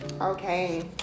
Okay